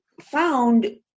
found